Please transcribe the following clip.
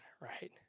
right